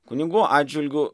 kunigų atžvilgiu